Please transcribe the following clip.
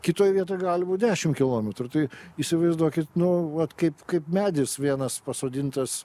kitoj vietoj gali būt kilometrų tai įsivaizduokit nu vat kaip kaip medis vienas pasodintas